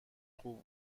خوب